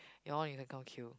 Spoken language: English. you all you can come kill